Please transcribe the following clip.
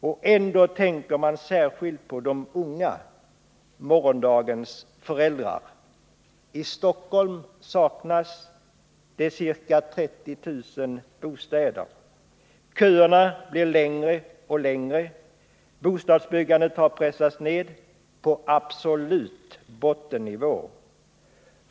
Och ändå tänker man särskilt på de unga — morgondagens föräldrar. I Stockholm saknas det ca 30 000 bostäder, köerna blir längre och längre, och bostadsbyggandet har pressats ned till absolut bottennivå.